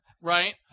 Right